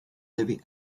levi